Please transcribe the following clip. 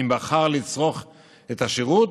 אם בחר לצרוך את השירות,